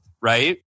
right